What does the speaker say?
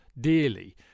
dearly